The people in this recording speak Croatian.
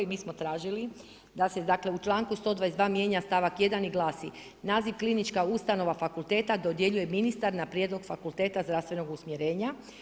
Mi smo tražili da se dakle u članku 122 mijenja stavak 1. i glasi: „Naziv klinička ustanova fakulteta dodjeljuje ministar na prijedlog Fakulteta zdravstvenog usmjerenja.